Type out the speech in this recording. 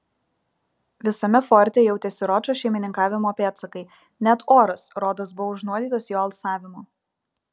visame forte jautėsi ročo šeimininkavimo pėdsakai net oras rodos buvo užnuodytas jo alsavimo